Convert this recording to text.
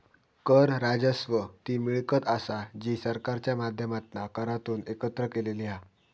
कर राजस्व ती मिळकत असा जी सरकारच्या माध्यमातना करांतून एकत्र केलेली हा